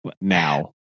now